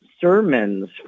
sermons